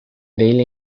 daily